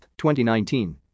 2019